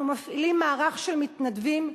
אנחנו מפעילים מערך של מתנדבים,